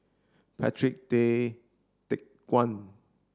Patrick Tay Teck Guan